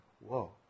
whoa